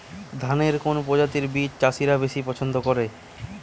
ধানের কোন প্রজাতির বীজ চাষীরা বেশি পচ্ছন্দ করে?